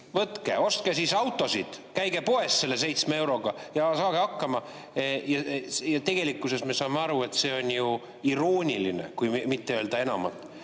Võtke, ostke autosid, käige poes selle seitsme euroga ja saage hakkama! Tegelikkuses me saame aru, et see on ju irooniline, kui mitte öelda enamat.